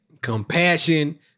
Compassion